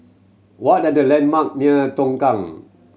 what are the landmark near Tongkang